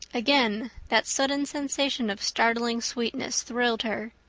again that sudden sensation of startling sweetness thrilled her.